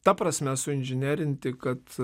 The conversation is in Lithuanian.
ta prasme suinžinerinti kad